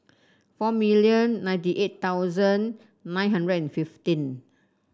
four million ninety eight thousand nine hundred and fifteen